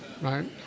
right